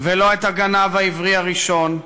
ולא את הגנב העברי הראשון,